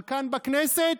אבל כאן, בכנסת,